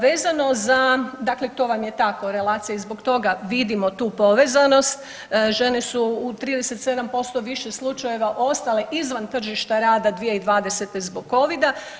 Vezano za, dakle to vam je ta korelacija i zbog toga vidimo tu povezanost, žene su u 37% više slučajeva ostale izvan tržišta rada 2020. zbog covida.